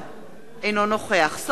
אינו נוכח סופה לנדבר,